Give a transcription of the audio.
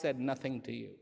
said nothing to